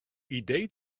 idee